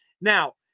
Now